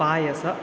पायसम्